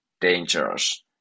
dangerous